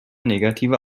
negativer